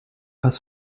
pas